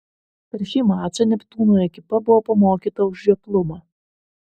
per šį mačą neptūno ekipa buvo pamokyta už žioplumą